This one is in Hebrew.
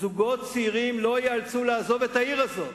שזוגות צעירים לא ייאלצו לעזוב את העיר הזאת,